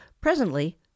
Presently